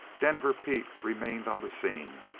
denver pete remained on the scene,